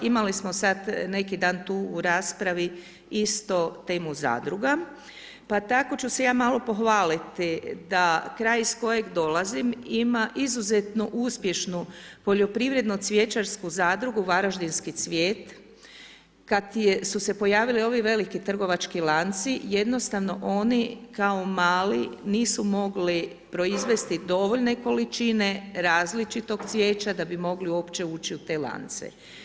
Imali smo sad neki dan tu u raspravi isto temu zadruga, pa tako ću se ja malo pohvaliti da kraj iz kojeg dolazim ima izuzetno uspješnu poljoprivredno-cvjećarsku zadrugu Varaždinski cvijet, kad su se pojavili ovi veliki trgovački lanci jednostavno oni kao mali nisu mogli proizvesti dovoljne količine različitog cvijeća da bi mogli uopće ući u te lance.